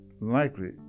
likely